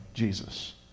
Jesus